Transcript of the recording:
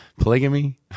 polygamy